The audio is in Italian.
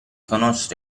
conoscere